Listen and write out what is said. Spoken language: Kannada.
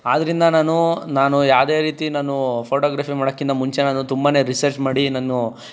ಆದ್ದರಿಂದ ನಾನು ನಾನು ಯಾವ್ದೇ ರೀತಿ ನಾನು ಫೋಟೋಗ್ರಫಿ ಮಾಡೋಕಿಂತ ಮುಂಚೆ ನಾನು ತುಂಬನೇ ರಿಸರ್ಚ್ ಮಾಡಿ ನಾನು